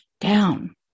down